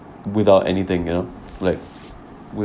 without anything you know like